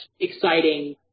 exciting